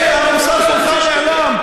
המשפחות שלהם.